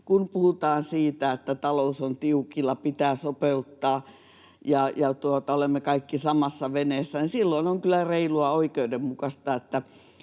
kun puhutaan siitä, että talous on tiukilla, pitää sopeuttaa ja olemme kaikki samassa veneessä, niin silloin on kyllä reilua, oikeudenmukaista,